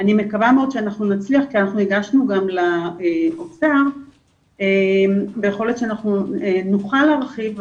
אני מקווה מאוד שנצליח כי הגשנו גם לאוצר ויכול להיות שנוכל להרחיב,